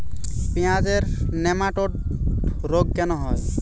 পেঁয়াজের নেমাটোড রোগ কেন হয়?